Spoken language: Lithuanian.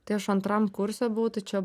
tai aš antram kurse buvau tai čia